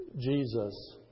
Jesus